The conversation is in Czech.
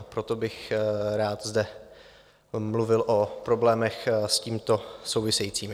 Proto bych rád zde mluvil o problémech s tímto souvisejících.